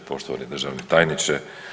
Poštovani državni tajniče.